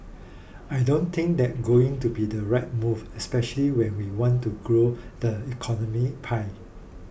I don't think that going to be the right move especially when we want to grow the economy pie